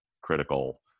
critical